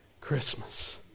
Christmas